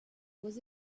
was